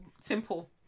Simple